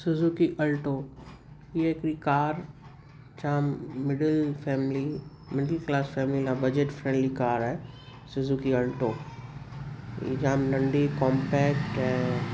Suzuki Alto इहा हिकड़ी car जाम middle family middle class family लाइ बजट फ्रैंडली कार आहे सुज़ूकी अल्टो इहे जाम नंढी कॉम्पैक्ट ऐं